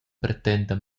pretenda